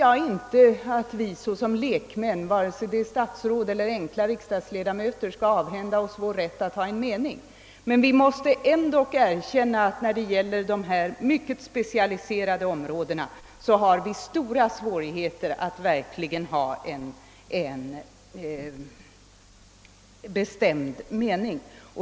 Jag vill inte att vi såsom lekmän — vare sig vi är statsråd eller enkla riksdagsledamöter — skall avhända oss vår rätt att ha en mening. Men vi måste ändock erkänna att när det gäller mycket specialiserade områden har vi stora svårigheter att verkligen ha en bestämd mening.